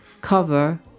cover